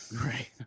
right